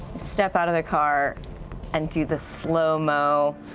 step out of the car and do the slow-mo,